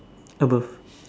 above